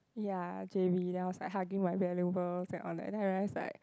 ya j_b then I was like hugging my valuables and all that then I realize like